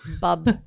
bub